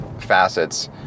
facets